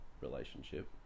relationship